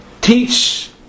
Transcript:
teach